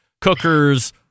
cookers